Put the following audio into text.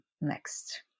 next